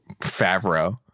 Favreau